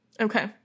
okay